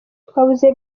twabuze